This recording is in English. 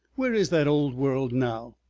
where is that old world now?